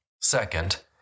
Second